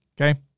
Okay